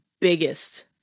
biggest